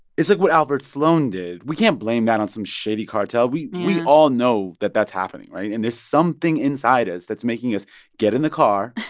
it's like what albert sloan did. we can't blame that on some shady cartel yeah we all know that that's happening, right? and there's something inside us that's making us get in the car,